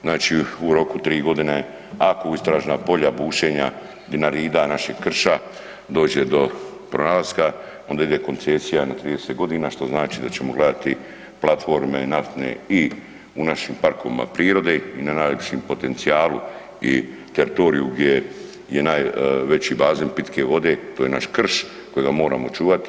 Znači u roku 3 godine ako u istražna polja, bušenja Dinarida našeg krša dođe do pronalaska onda ide koncesija na 30 godina što znači da ćemo gledati platforme naftne i u našim parkovima prirode i na najljepšem potencijalu i teritoriju gdje je najveći izvor pitke vode to je naš krš kojega moramo čuvati.